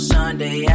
Sunday